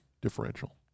differential